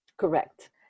correct